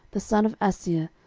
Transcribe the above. the son of assir,